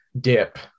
dip